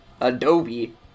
Adobe